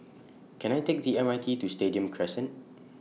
Can I Take The M R T to Stadium Crescent